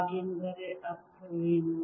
ಹಾಗೆಂದರೆ ಅರ್ಥವೇನು